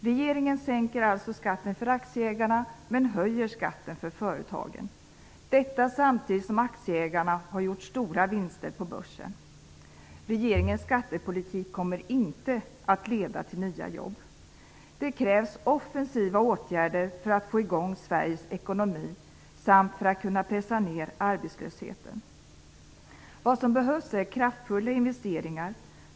Regeringen sänker alltså skatten för aktieägarna men höjer skatten för företagen. Detta sker samtidigt som aktieägarna har gjort stora vinster på börsen. Regeringens skattepolitik kommer inte att leda till nya jobb. Det krävs offensiva åtgärder för att få i gång Sveriges ekonomi samt för att kunna pressa ner arbetslösheten. Det som behövs är kraftfulla investeringar.